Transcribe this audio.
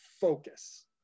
focus